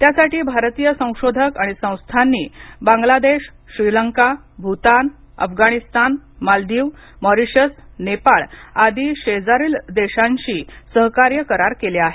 त्यासाठी भारतीय संशोधक आणि संस्थांनी बांगलादेश श्रीलंका भूतान अफगानिस्तान मालदीव मॉरीशस नेपाळ आदी शेजारील देशांशी सहकार्य करार केले आहेत